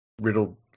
riddled